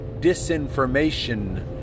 disinformation